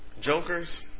jokers